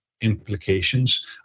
implications